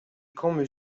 quand